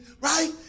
right